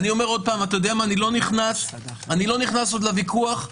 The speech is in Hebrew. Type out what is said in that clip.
אני לא נכנס עוד לוויכוח,